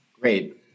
Great